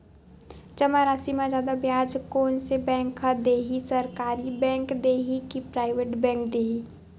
जमा राशि म जादा ब्याज कोन से बैंक ह दे ही, सरकारी बैंक दे हि कि प्राइवेट बैंक देहि?